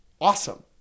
awesome